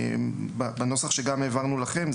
בנוסח שהעברנו לכם,